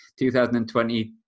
2020